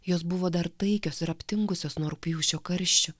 jos buvo dar taikios ir aptingusios nuo rugpjūčio karščių